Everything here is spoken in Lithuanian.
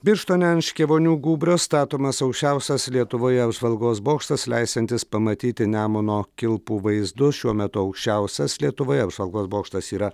birštone ant škėvonių gūbrio statomas aukščiausias lietuvoje apžvalgos bokštas leisiantis pamatyti nemuno kilpų vaizdus šiuo metu aukščiausias lietuvoje apžvalgos bokštas yra